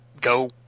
go